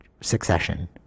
succession